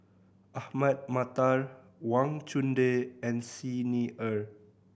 Ahmad Mattar Wang Chunde and Xi Ni Er